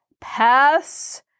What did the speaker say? pass